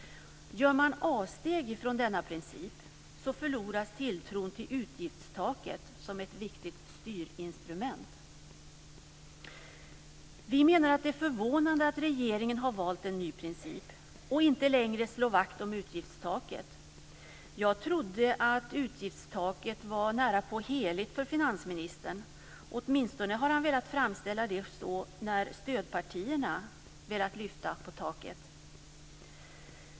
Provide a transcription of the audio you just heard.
Om man gör avsteg från denna princip förloras tilltron till utgiftstaket som ett viktigt styrinstrument. Vi menar att det är förvånande att regeringen har valt en ny princip och inte längre slår vakt om utgiftstaket. Jag trodde att utgiftstaket närapå var heligt för finansministern. Åtminstone har han velat framställa det så när stödpartierna har velat lyfta på taket.